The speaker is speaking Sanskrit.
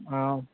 हा